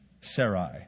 Sarai